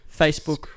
Facebook